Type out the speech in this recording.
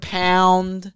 pound